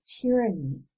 tyranny